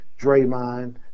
Draymond